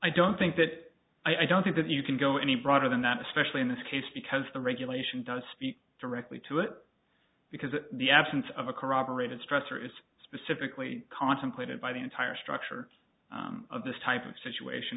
i don't think that i don't think that you can go any broader than that especially in this case because the regulation does speak directly to it because it the absence of a corroborated stressor is specifically contemplated by the entire structure of this type of situation